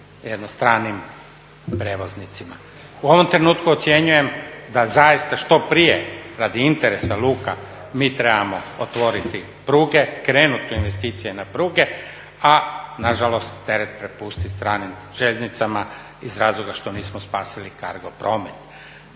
jednostranim prijevoznicima. U ovom trenutku ocjenjujem da zaista što prije radi interesa luka mi trebamo otvoriti pruge, krenuti u investicije na pruge, a nažalost teret prepustiti stranim željeznicama iz razloga što nismo spasili cargo promet.